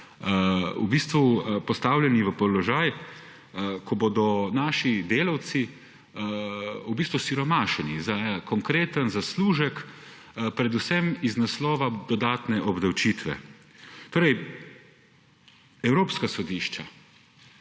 v bistvu postavljeni v položaj, ko bodo naši delavci osiromašeni za konkreten zaslužek predvsem iz naslova dodatne obdavčitve. Evropska sodišča